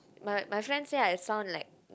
my my friend say I sound like